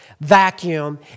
vacuum